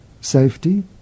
safety